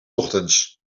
ochtends